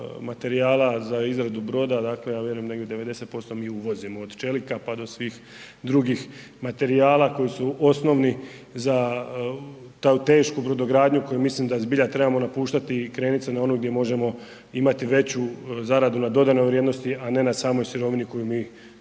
materijala za izradu broda, ja vjerujem 90% negdje mi uvozimo od čelika pa do svih drugih materijala koji su osnovni za tešku brodogradnju koju mislim da zbilja trebamo napuštati i okrenuti se na onu gdje možemo imati veću zaradu na dodanu vrijednost, a ne na samoj sirovini koju mi